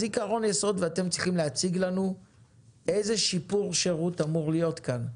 אתם צריכים להציג לנו איזה שיפור שירות אמור להיות כאן.